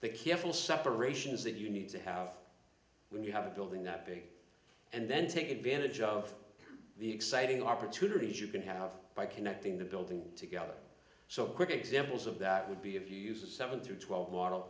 cancel separations that you need to have when you have a building that big and then take advantage of the exciting opportunities you can have by connecting the building together so quick examples of that would be of use a seven through twelve wa